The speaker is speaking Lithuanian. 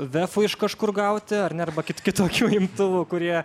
vefų iš kažkur gauti ar ne arba kit kitokių imtuvų kurie